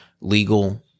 legal